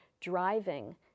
driving